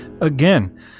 again